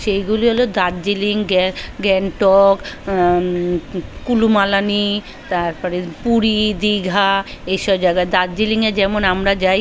সেইগুলি হলো দার্জিলিং গ্যা গ্যাংটক কুলু মানালি তার পরে পুরী দীঘা এই সব জায়গায় দার্জিলিংয়ে যেমন আমরা যাই